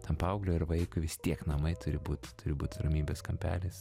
tam paaugliui ar vaikui vis tiek namai turi būt turi būt ramybės kampelis